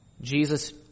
Jesus